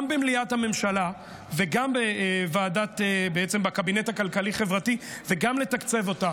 גם במליאת הממשלה וגם בקבינט הכלכלי-חברתי וגם לתקצב אותה.